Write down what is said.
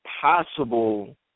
possible